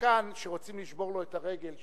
שחקן שרוצים לשבור לו את הרגל,